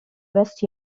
west